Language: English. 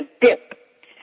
dip